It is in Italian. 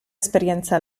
esperienza